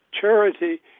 charity